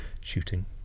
shooting